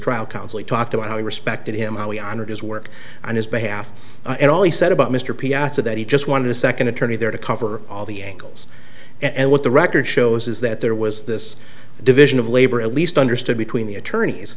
trial counsel he talked about how he respected him how he honored his work on his behalf and all he said about mr piazza that he just wanted a second attorney there to cover all the angles and what the record shows is that there was this division of labor at least understood between the attorneys